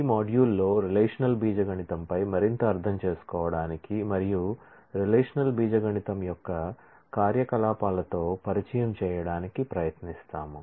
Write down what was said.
ఈ మాడ్యూల్లో relational algebra పై మరింత అర్థం చేసుకోవడానికి మరియు రిలేషనల్ ఆల్జీబ్రా యొక్క కార్యకలాపాలతో పరిచయం చేయడానికి ప్రయత్నిస్తాము